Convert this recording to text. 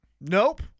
Nope